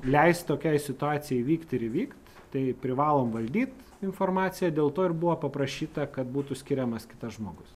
leisti tokiai situacijai įvykti ir vykt tai privalo valdyt informaciją dėl to ir buvo paprašyta kad būtų skiriamas kitas žmogus